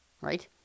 Right